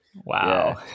Wow